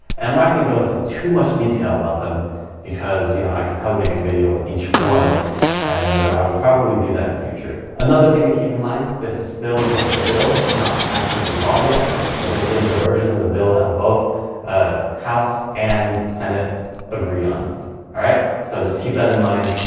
i'm not going to go into too much detail about them because you know i could probably make a video on each one and i will probably do that in the future. another thing to keep in mind this is still just a bill. it's not passed into law yet but this is the version of the bill that both ah house and senate agree on all right. so just keep that in mind.